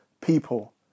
people